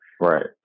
Right